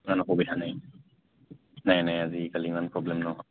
ইমান অসুবিধা নাই নাই নাই আজিকালি ইমান প্ৰব্লেম নহয়